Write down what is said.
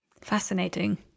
Fascinating